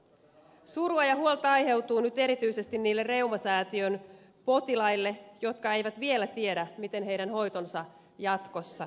surua ja huolta aiheutuu nyt erityisesti niille reumasäätiön sairaalan potilaille jotka eivät vielä tiedä miten heidän hoitonsa jatkossa järjestetään